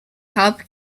health